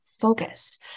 focus